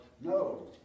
no